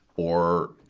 or,